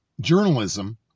journalism